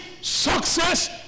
success